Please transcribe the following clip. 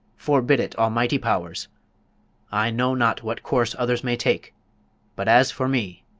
forbid it, almighty powers i know not what course others may take but as for me,